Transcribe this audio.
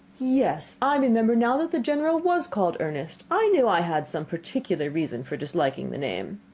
yes, i remember now that the general was called ernest, i knew i had some particular reason for disliking the name.